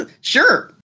Sure